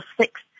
six